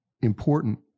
important